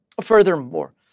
Furthermore